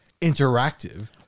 interactive